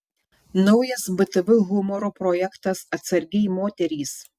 naujas btv humoro projektas atsargiai moterys